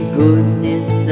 goodness